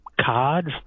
cards